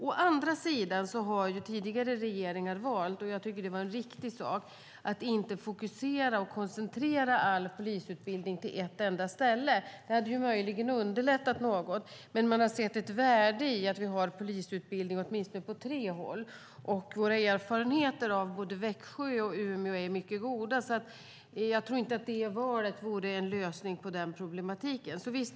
Å andra sidan har tidigare regeringar valt - vilket jag tycker var riktigt - att inte fokusera och koncentrera all polisutbildning till ett enda ställe. Det hade möjligen underlättat något. Men man har sett ett värde i att vi har polisutbildningar på åtminstone tre håll. Våra erfarenheter av både Växjö och Umeå är mycket goda. Jag tror inte att det valet vore en lösning på den problematiken.